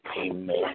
Amen